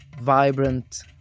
vibrant